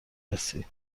رسی